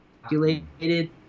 calculated